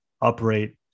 operate